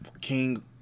King